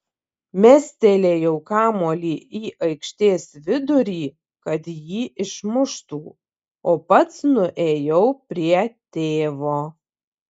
mestelėjau kamuolį į aikštės vidurį kad jį išsimuštų o pats nuėjau prie tėvo